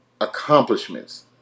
accomplishments